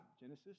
Genesis